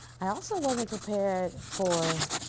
i also wasn't prepared for